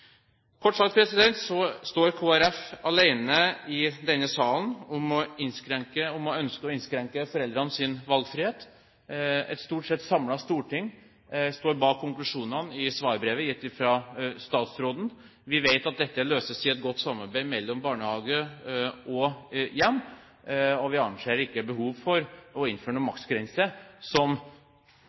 Kort sagt: Kristelig Folkeparti er alene i denne salen om å ønske å innskrenke foreldrenes valgfrihet. Et stort sett samlet storting står bak konklusjonene i svarbrevet gitt fra statsråden. Vi vet at dette løses i et godt samarbeid mellom barnehage og hjem, og vi ser ikke at det er noe behov for å innføre en maksgrense, som til og med ligger så høyt over det antall timer som